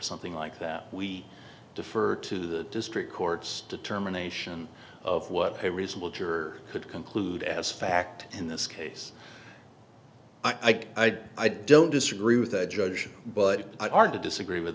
something like that we defer to the district court's determination of what a reasonable juror could conclude as fact in this case i don't i don't disagree with the judge but a hard to disagree with